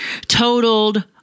totaled